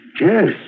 Yes